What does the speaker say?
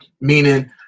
meaning